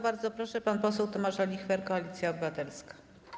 Bardzo proszę, pan poseł Tomasz Olichwer, Koalicja Obywatelska.